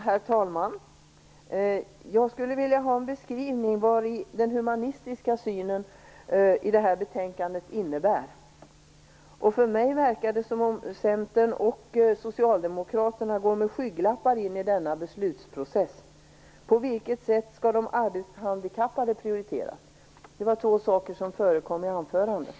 Herr talman! Jag skulle vilja ha en beskrivning av vad den humanistiska synen i detta betänkande innebär. För mig verkar det som om Centern och Socialdemokraterna går med skygglappar in i denna beslutsprocess. På vilket sätt skall de arbetshandikappade prioriteras? Detta var två frågor som förekom i anförandet.